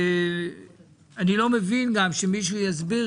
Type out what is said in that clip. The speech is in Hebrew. אני לא מבין, ושמישהו יסביר